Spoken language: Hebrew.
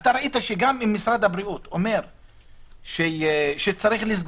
אתה ראית שגם אם משרד הבריאות אומר שצריך לסגור,